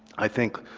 i think,